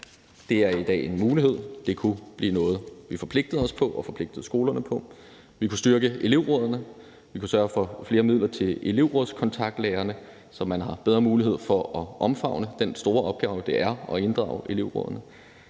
Det er i dag en mulighed, og det kunne blive noget, vi forpligtede os på og forpligtede skolerne på. Vi kunne styrke elevrådene, vi kunne sørge for flere midler til elevrådskontaktlærerne, så man har bedre mulighed for at omfavne den store opgave, det er at inddrage elevrådene,